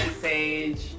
sage